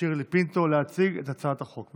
שירלי פינטו להציג את הצעת החוק.